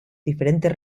diferentes